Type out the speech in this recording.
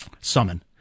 Summon